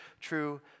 true